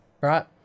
right